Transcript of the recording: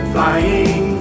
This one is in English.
Flying